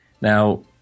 Now